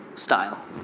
style